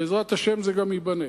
ובעזרת השם זה גם ייבנה.